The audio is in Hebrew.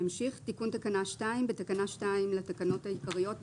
תיקון תקנה 2 בתקנה 2 לתקנות העיקריות,